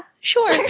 sure